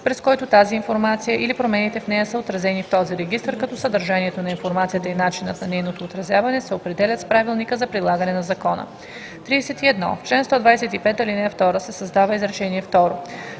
през който тази информация или промените в нея са отразени в този регистър, като съдържанието на информацията и начинът на нейното отразяване се определят с правилника за прилагане на закона.“ 31. В чл. 125, ал. 2 се създава изречение второ: